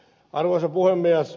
arvoisa puhemies